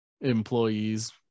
employees